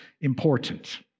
important